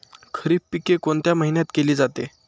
खरीप पिके कोणत्या महिन्यात केली जाते?